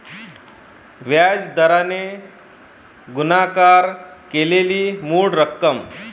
व्याज दराने गुणाकार केलेली मूळ रक्कम